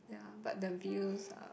ya but the views are